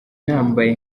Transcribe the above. nambaye